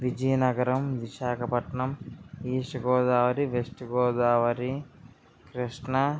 Vizianagaram Visakhapatnam east Godavari west Godavari Krishna